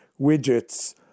widgets